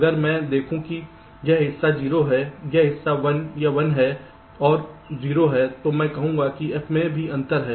अगर मैं देखूं कि यह हिस्सा 0 है यह हिस्सा 1 या 1 है और 0 है तो मैं कहूंगा कि f में भी अंतर है